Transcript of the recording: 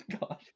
god